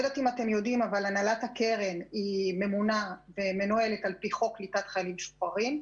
הנהלת הקרן ממונה ומנוהלת על-פי חוק קליטת חיילים משוחררים.